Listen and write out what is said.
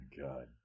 God